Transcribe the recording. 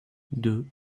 deux